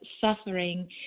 suffering